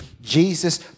Jesus